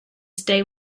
stay